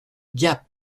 gap